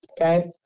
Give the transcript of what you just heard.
Okay